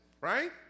right